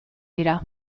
dira